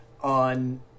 On